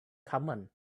common